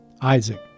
Isaac